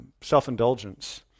self-indulgence